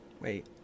wait